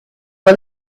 for